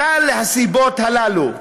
כלל הסיבות הללו,